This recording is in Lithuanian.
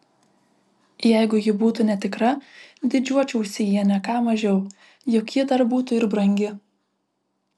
jeigu ji būtų netikra didžiuočiausi ja ne ką mažiau juk ji dar būtų ir brangi